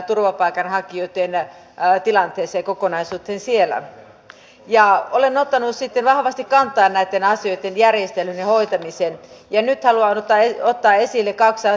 isoja ja vuosikausiakin istuneita komiteoita oli aikanaan helppo pilkata herrat istuu palkka juoksee järki seisoo asiat makaa tyyliin joskus aiheesta